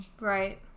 Right